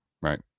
right